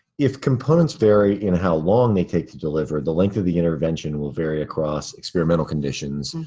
if components vary in how long they take to deliver, the length of the intervention will vary across experimental conditions.